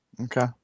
okay